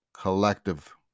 collective